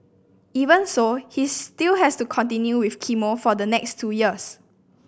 even so he still has to continue with chemo for the next two years